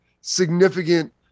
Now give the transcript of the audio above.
significant